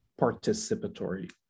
participatory